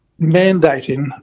mandating